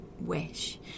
wish